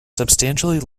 substantially